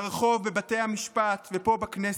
ברחוב, בבתי המשפט ופה בכנסת,